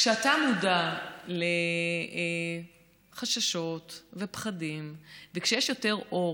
כשאתה מודע לחששות ולפחדים, כשיש יותר אור,